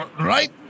right